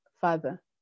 Father